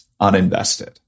uninvested